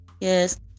yes